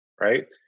right